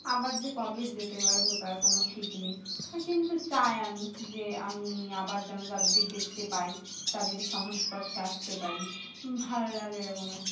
আবার যে কবে যেতে পারবো তার কোনো ঠিক নেই কিন্তু চাই আমি যে আমি আবার যেন তাদেরকে দেখতে পাই তাদেরকে সংস্পর্শে আসতে পারি ভালো লাগে এরকম